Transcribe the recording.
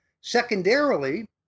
Secondarily